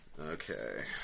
Okay